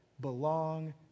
belong